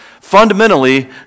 fundamentally